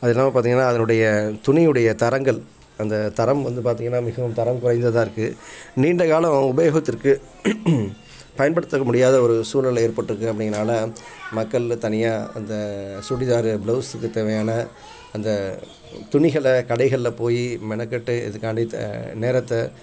அது இல்லாமல் பார்த்திங்கனா அதனுடைய துணியுடைய தரங்கள் அந்த தரம் வந்து பார்த்திங்கனா மிகவும் தரம் குறைந்ததாக இருக்குது நீண்ட காலம் உபயோகத்திற்கு பயன்படுத்துக்க முடியாத ஒரு சூழல் ஏற்பட்டிருக்கு அப்படிங்கிறனால மக்கள் தனியாக அந்த சுடிதார் ப்ளவுஸுக்குத் தேவையான அந்த துணிகளை கடைகள்ல போய் மெனக்கெட்டு இதுக்காண்டி த நேரத்தை